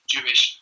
Jewish